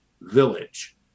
Village